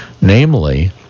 Namely